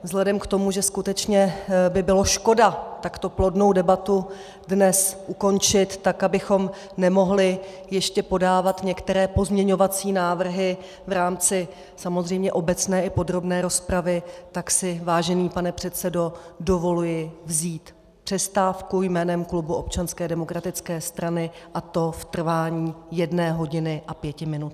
Vzhledem k tomu, že skutečně by bylo škoda takto plodnou debatu dnes ukončit tak, abychom nemohli ještě podávat některé pozměňovací návrhy v rámci obecné i podrobné rozpravy, tak si, vážený pane předsedo, dovoluji vzít přestávku jménem klubu Občanské demokratické strany, a to v trvání jedné hodiny a pěti minut.